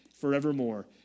forevermore